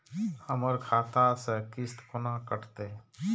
हमर खाता से किस्त कोना कटतै?